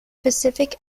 specific